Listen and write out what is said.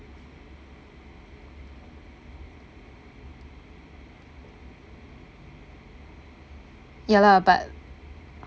ya lah but